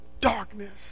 darkness